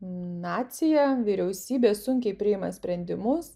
nacija vyriausybė sunkiai priima sprendimus